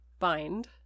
Bind